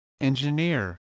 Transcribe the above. engineer